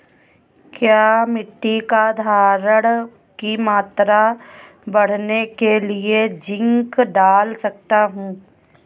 क्या मिट्टी की धरण की मात्रा बढ़ाने के लिए जिंक डाल सकता हूँ?